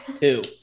Two